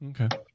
Okay